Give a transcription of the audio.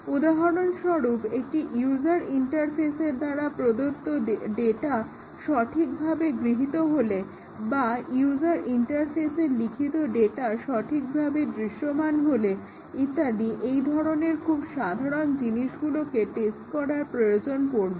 উদাহরণস্বরূপ একটি ইউজার ইন্টারফেসের দ্বারা প্রদত্ত ডাটা সঠিকভাবে গৃহীত হলে বা ইউজার ইন্টারফেসে লিখিত ডাটা সঠিকভাবে দৃশ্যমান হলে ইত্যাদি এই ধরনের খুব সাধারন জিনিসগুলোকে টেস্ট করার প্রয়োজন পড়বে